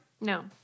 No